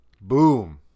Boom